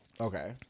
Okay